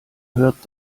hört